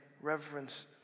reverence